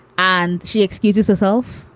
and she excuses herself.